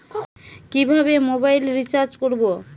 কিভাবে mobile recharge করব?